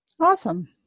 Awesome